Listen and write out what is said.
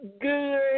good